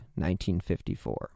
1954